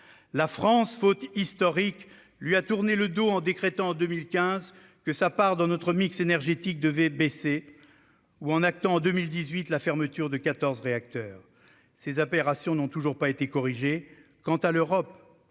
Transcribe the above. La France, faute historique, lui a tourné le dos, en décrétant en 2015 que sa part dans notre mix énergétique devait baisser ou en actant en 2018 la fermeture de quatorze réacteurs. Ces aberrations n'ont toujours pas été corrigées. Quant à l'Europe,